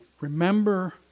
Remember